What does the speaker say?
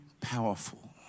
powerful